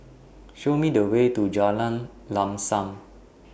Show Me The Way to Jalan Lam SAM